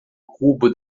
cubo